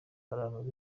haram